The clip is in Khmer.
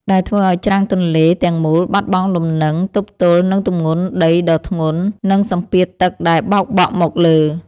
ដែលធ្វើឱ្យច្រាំងទន្លេទាំងមូលបាត់បង់លំនឹងទប់ទល់នឹងទម្ងន់ដីដ៏ធ្ងន់ និងសម្ពាធទឹកដែលបោកបក់មកលើ។